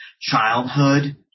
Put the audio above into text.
childhood